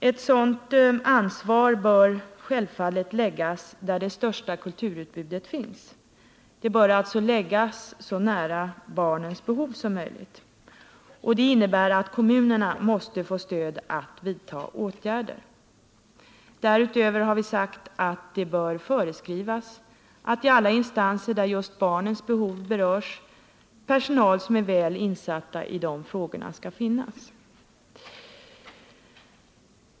Ett sådant ansvar bör självfallet läggas där det största kulturutbudet finns. Det bör alltså läggas så nära barnens behov som möjligt. Det innebär att kommunerna måste få ett stöd för att verkligen vidta åtgärder. Därutöver har vi sagt att det bör föreskrivas att i alla instanser där just barnens behov berörs skall personal som är väl insatt i dessa frågor finnas.